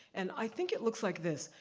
and i think it looks like this,